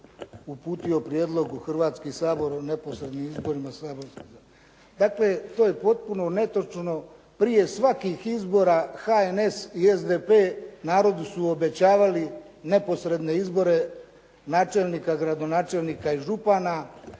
uputila prijedlog u Hrvatskoj sabor o neposrednim izborima saborskih zastupnika. Dakle, to je potpuno netočno. Prije svakih izbora HNS i SDP narodu su obećavali neposredne izbore načelnika, gradonačelnika i župana.